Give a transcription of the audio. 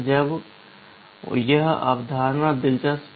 अब यह अवधारणा दिलचस्प है